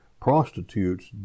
prostitutes